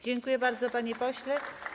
Dziękuję bardzo, panie pośle.